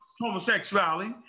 homosexuality